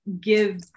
give